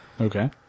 Okay